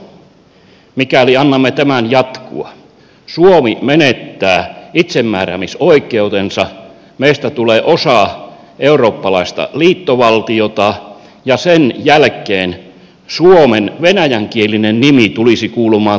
tällä menolla mikäli annamme tämän jatkua suomi menettää itsemääräämisoikeutensa meistä tulee osa eurooppalaista liittovaltiota ja sen jälkeen suomen venäjänkielinen nimi tulisi kuulumaan tällä tavalla